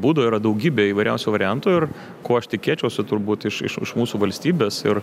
būdų yra daugybė įvairiausių variantų ir ko aš tikėčiausi turbūt iš iš iš mūsų valstybės ir